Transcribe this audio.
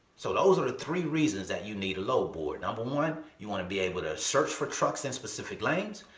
so those are the three reasons that you need a load board. number one, you wanna be able to search for trucks in specific lanes.